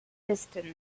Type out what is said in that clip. distance